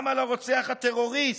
גם על הרוצח הטרוריסט,